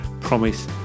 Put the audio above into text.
promise